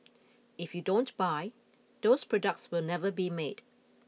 if you don't buy those products will never be made